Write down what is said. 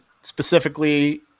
specifically